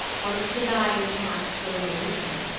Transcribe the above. once the die is cast for revolution,